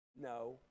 No